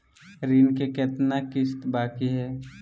ऋण के कितना किस्त बाकी है?